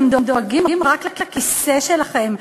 אתם דואגים רק לכיסא שלכם.